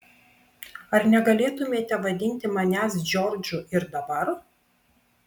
ar negalėtumėte vadinti manęs džordžu ir dabar